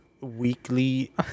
weekly